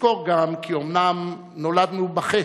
נזכור גם כי אומנם נולדנו בחטא,